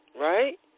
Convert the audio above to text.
right